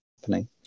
happening